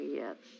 yes